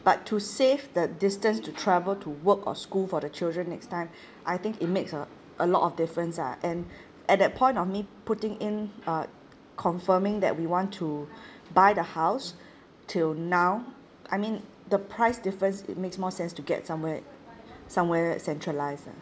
but to save the distance to travel to work or school for the children next time I think it makes uh a lot of difference ah and at that point of me putting in uh confirming that we want to buy the house till now I mean the price difference it makes more sense to get somewhere somewhere centralised ah